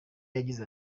yagize